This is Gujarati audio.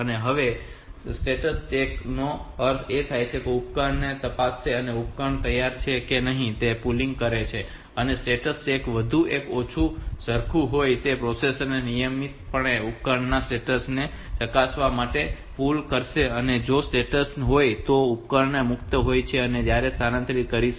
હવે સ્ટેટ્સ ચેક નો અર્થ એ છે કે તે ઉપકરણોને તપાસશે કે ઉપકરણ તૈયાર છે કે નહીં અને પછી પુલિંગ કરે છે અને સ્ટેટસ ચેક વધુ કે ઓછું સરખું જ હોય છે અને પ્રોસેસર નિયમિતપણે ઉપકરણના સ્ટેટ્સ ને ચકાસવા માટે પુલ કરશે અને જો સ્ટેટ્સ એ હોય કે જો ઉપકરણ મુક્ત હોય તો ત્યારે તેને સ્થાનાંતરિત કરી શકાય છે